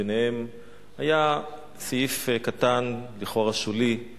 היה בהם סעיף קטן, לכאורה שולי, של